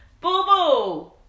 boo-boo